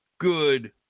good